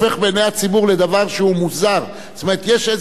יש איזה דברים שהם חוקי-יסוד ולאחר מכן